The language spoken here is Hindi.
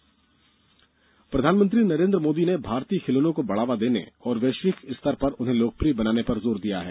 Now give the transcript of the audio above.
पीएम खिलौना प्रधानमंत्री नरेन्द्र मोदी ने भारतीय खिलौनों को बढावा देने और वैष्विकस्तर पर उन्हें लोकप्रिय बनाने पर जोर दिया हैं